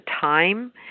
time